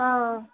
ஆ ஆ